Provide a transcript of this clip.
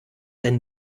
denn